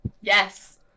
Yes